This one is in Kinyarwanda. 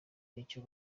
n’icyo